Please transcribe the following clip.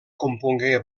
compongué